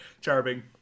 charming